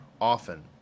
often